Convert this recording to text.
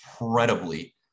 incredibly